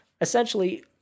Essentially